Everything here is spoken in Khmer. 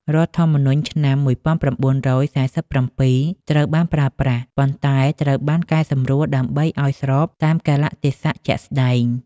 រដ្ឋធម្មនុញ្ញឆ្នាំ ១៩៤៧ ត្រូវបានប្រើប្រាស់ ប៉ុន្តែត្រូវបានកែសម្រួលដើម្បីឱ្យស្របតាមកាលៈទេសៈជាក់ស្តែង។